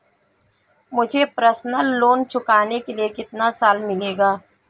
मुझे personal loan चुकाने के लिए कितने साल मिलेंगे?